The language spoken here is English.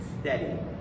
steady